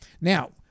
Now